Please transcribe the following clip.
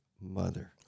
mother